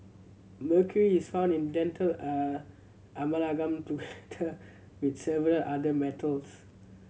mercury is found in dental with several other metals